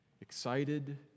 excited